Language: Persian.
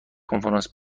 کنفرانس